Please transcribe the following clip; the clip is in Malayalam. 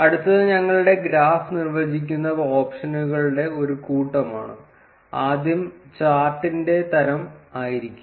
അടുത്തത് ഞങ്ങളുടെ ഗ്രാഫ് നിർവ്വചിക്കുന്ന ഓപ്ഷനുകളുടെ ഒരു കൂട്ടമാണ് ആദ്യം ചാർട്ടിന്റെ തരം ആയിരിക്കും